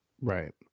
Right